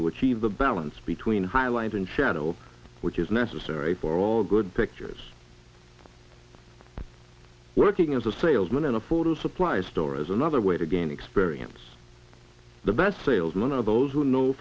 to achieve the balance between high light and shadow which is necessary for all good pictures working as a salesman and a photo supply store as another way to gain experience the best salesman are those who know